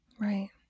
Right